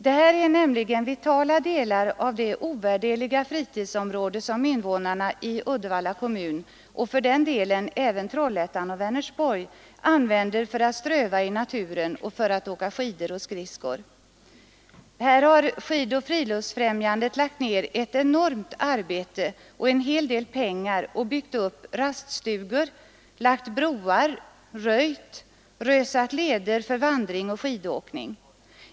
Detta berör nämligen vitala delar av det ovärderliga fritidsområde som invånarna i Uddevalla kommun =— och för den delen även i Trollhättan och Vänersborg — använder för att ströva i naturen och för att åka skidor och skridskor. Här har Skidoch friluftsfrämjandet lagt ner ett enormt arbete och en hel del pengar och byggt upp raststugor, lagt broar, röjt, rösat leder för vandring och skidåkning.